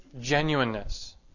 genuineness